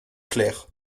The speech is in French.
clair